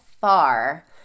far